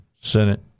Senate